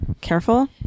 Careful